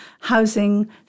housing